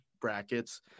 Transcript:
brackets